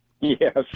Yes